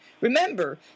Remember